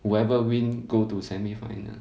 whoever win go to semi final